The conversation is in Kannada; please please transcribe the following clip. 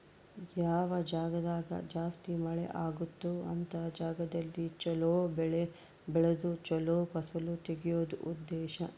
ಯಾವ ಜಾಗ್ದಾಗ ಜಾಸ್ತಿ ಮಳೆ ಅಗುತ್ತೊ ಅಂತ ಜಾಗದಲ್ಲಿ ಚೊಲೊ ಬೆಳೆ ಬೆಳ್ದು ಚೊಲೊ ಫಸಲು ತೆಗಿಯೋದು ಉದ್ದೇಶ